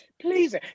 please